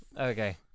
Okay